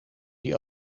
die